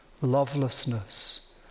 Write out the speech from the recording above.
lovelessness